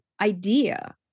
idea